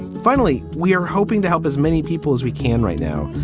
finally, we are hoping to help as many people as we can right now.